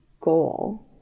goal